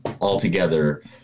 altogether